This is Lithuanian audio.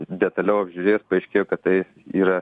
detaliau apžiūrėjus paaiškėjo kad tai yra